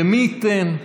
ומי ייתן,